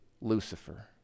Lucifer